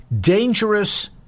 Dangerous